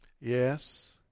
Yes